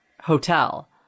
Hotel